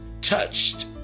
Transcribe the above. touched